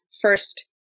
first